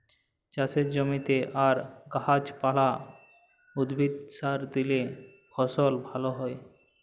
চাষের জমিতে আর গাহাচ পালা, উদ্ভিদে সার দিইলে ফসল ভাল হ্যয়